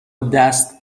دست